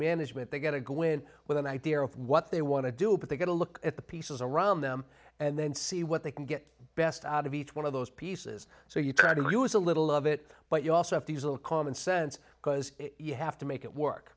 management they get to go in with an idea of what they want to do but they get a look at the pieces around them and then see what they can get best out of each one of those pieces so you try to use a little of it but you also have these little common sense because you have to make it work